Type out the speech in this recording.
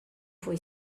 foi